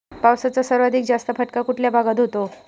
पावसाचा सर्वाधिक जास्त फटका कुठल्या भागात होतो?